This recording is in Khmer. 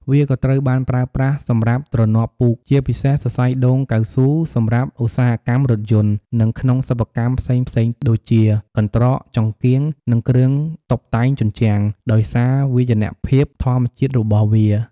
វាក៏ត្រូវបានប្រើប្រាស់សម្រាប់ទ្រនាប់ពូក ជាពិសេសសរសៃដូងកៅស៊ូសម្រាប់ឧស្សាហកម្មរថយន្ត និងក្នុង សិប្បកម្ម ផ្សេងៗដូចជា កន្ត្រក ចង្កៀង និងគ្រឿងតុបតែងជញ្ជាំង ដោយសារវាយនភាពធម្មជាតិរបស់វា។